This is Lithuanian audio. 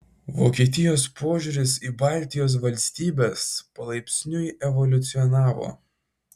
vokietijos požiūris į baltijos valstybes palaipsniui evoliucionavo